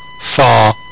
far